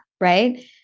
right